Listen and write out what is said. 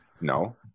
No